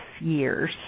years